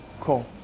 Cool